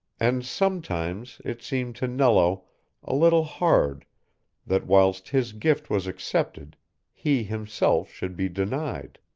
and sometimes it seemed to nello a little hard that whilst his gift was accepted he himself should be denied.